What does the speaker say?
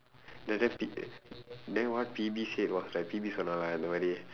then then phoe~ then what phoebe said was like phoebe சொன்னான்:sonnaan lah இந்த மாதிரி:indtha maathiri